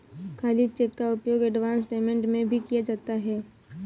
खाली चेक का उपयोग एडवांस पेमेंट में भी किया जाता है